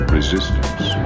Resistance